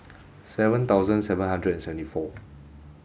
seven thousand seven hundred and seventy four